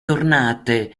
tornate